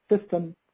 system